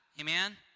amen